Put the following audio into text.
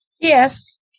Yes